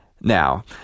Now